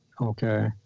okay